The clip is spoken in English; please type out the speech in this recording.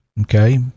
okay